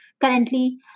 currently